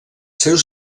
seus